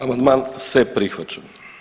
Amandman se prihvaća.